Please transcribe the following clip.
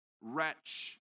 wretch